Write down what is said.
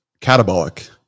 catabolic